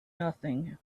nothing